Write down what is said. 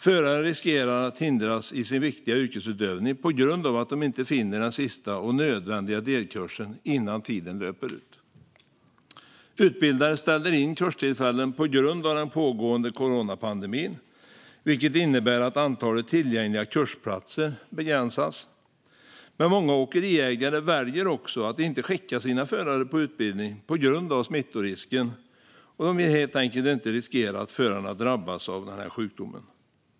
Förare riskerar att hindras i sin viktiga yrkesutövning på grund av att de inte finner den sista och nödvändiga delkursen innan tiden löper ut. Utbildare ställer in kurstillfällen på grund av den pågående coronapandemin, vilket innebär att antalet tillgängliga kursplatser begränsas. Många åkeriägare väljer också att inte skicka sina förare på utbildning på grund av smittorisken; de vill helt enkelt inte riskera att förarna drabbas av den här sjukdomen.